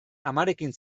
amarekin